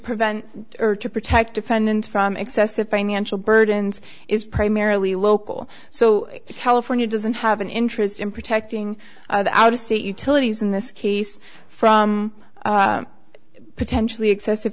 prevent or to protect defendants from excessive financial burdens is primarily local so california doesn't have an interest in protecting our state utilities in this case from potentially excessive